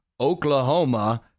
Oklahoma